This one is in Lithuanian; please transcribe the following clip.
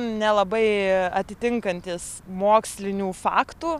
nelabai atitinkantys mokslinių faktų